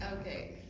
Okay